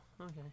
okay